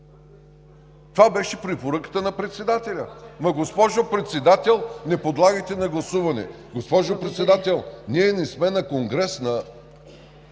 Това беше препоръката на председателя. Ама, госпожо Председател – не подлагайте на гласуване! Госпожо Председател, ние не сме на конгрес на